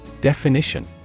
Definition